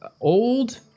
Old